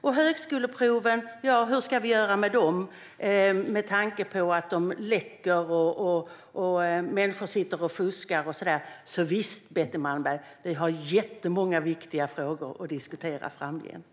Och hur ska vi göra med högskoleproven? De läcker, människor sitter och fuskar och så vidare. Visst, Betty Malmberg - vi har jättemånga viktiga frågor att diskutera framgent!